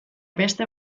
beste